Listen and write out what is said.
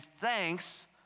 thanks